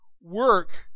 work